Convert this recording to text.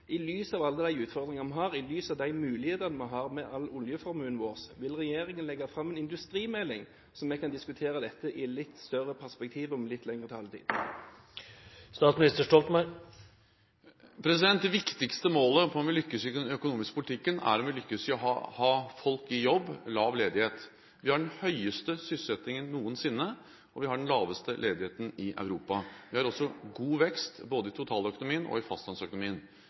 I lys av alle de utfordringene vi har, i lys av de mulighetene vi har med hele oljeformuen vår, vil regjeringen legge fram en industrimelding, slik at vi kan diskutere dette i et litt større perspektiv og med litt lengre taletid? Det viktigste målet på om vi lykkes i den økonomiske politikken, er om vi lykkes i å ha folk i jobb, ha lav ledighet. Vi har den høyeste sysselsettingen noensinne, og vi har den laveste ledigheten i Europa. Vi har også god vekst, både i totaløkonomien og i fastlandsøkonomien.